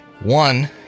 One